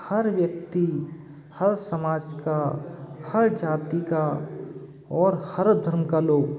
हर व्यक्ति हर समाज का हर जाति का और हर धर्म का लोग